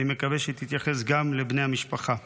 אני מקווה שהיא תתייחס גם לבני המשפחה.